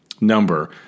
number